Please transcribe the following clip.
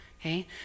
okay